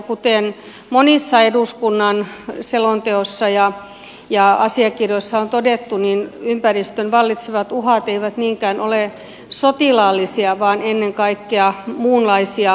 kuten monissa eduskunnan selonteoissa ja asiakirjoissa on todettu niin ympäristön vallitsevat uhat eivät niinkään ole sotilaallisia vaan ennen kaikkea muunlaisia